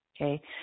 okay